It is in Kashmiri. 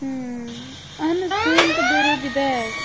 اَہن حظ فون تہِ بیٚیہِ روٗد یہِ بیگ